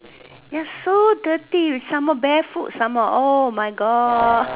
ya so dirty some more barefoot some more oh my God